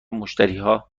مشتریها